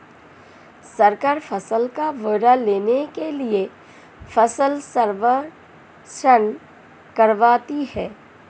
सरकार फसल का ब्यौरा लेने के लिए फसल सर्वेक्षण करवाती है